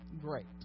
great